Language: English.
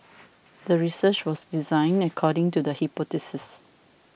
the research was designed according to the hypothesis